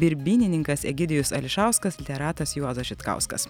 birbynininkas egidijus ališauskas literatas juozas žitkauskas